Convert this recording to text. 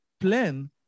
plan